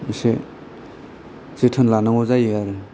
इसे जोथोन लानांगौ जायो आरो